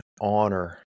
honor